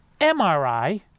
MRI